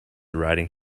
riding